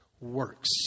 works